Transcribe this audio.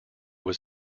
was